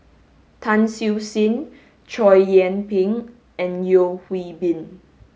Tan Siew Sin Chow Yian Ping and Yeo Hwee Bin